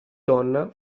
donna